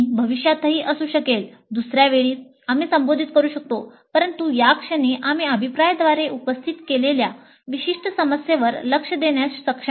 भविष्यातही असू शकेल दुसर्या वेळी आम्ही संबोधित करू शकतो परंतु या क्षणी आम्ही अभिप्रायाद्वारे उपस्थित केलेल्या विशिष्ट समस्येवर लक्ष देण्यास सक्षम नाही